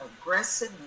aggressive